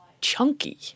chunky